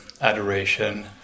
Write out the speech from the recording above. adoration